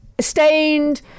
Stained